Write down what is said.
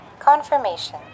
Confirmation